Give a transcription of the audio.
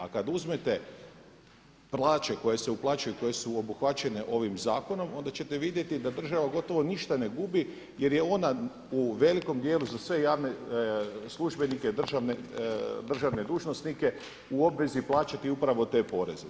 Al kad uzmete plaće koje su uplaćuju koje su obuhvaćene ovim zakonom, onda ćete vidjeti da država gotovo ništa ne gubi jer je ona u velikom dijelu za sve javne službenike i državne dužnosnike u obvezi plaćati upravo te poreze.